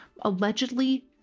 Allegedly